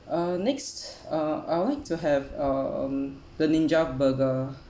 uh next uh I would like to have um the ninja burger